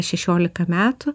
šešiolika metų